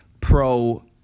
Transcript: pro-